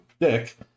Dick